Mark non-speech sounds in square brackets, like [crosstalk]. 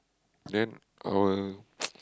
then our [noise]